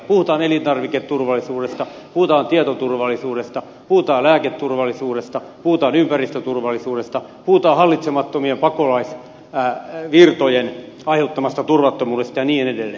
puhutaan elintarviketurvallisuudesta puhutaan tietoturvallisuudesta puhutaan lääketurvallisuudesta puhutaan ympäristöturvallisuudesta puhutaan hallitsemattomien pakolaisvirtojen aiheuttamasta turvattomuudesta ja niin edelleen